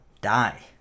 die